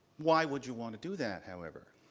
why would you want to do that, however?